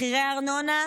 מחירי הארנונה,